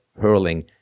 hurling